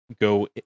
go